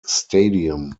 stadium